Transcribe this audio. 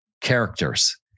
characters